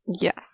Yes